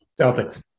Celtics